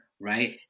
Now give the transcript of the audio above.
right